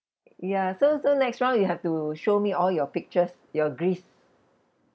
ya so so next round you have to show me all your pictures your greece